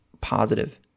positive